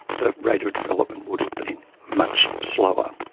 the rate of development would have been much slower.